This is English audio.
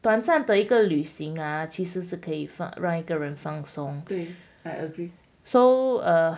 短暂的一个旅行其实是让一个人放松